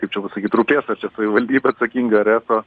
kaip čia pasakyt rūpės ar čia savivaldybė atsakinga ar eso